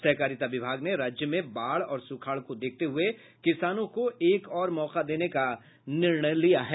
सहकारिता विभाग ने राज्य में बाढ़ और सुखाड़ को देखते हुए किसानों को एक और मौका देने का निर्णय लिया है